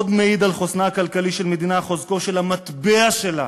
עוד מעיד על חוסנה הכלכלי של המדינה חוזקו של המטבע שלה.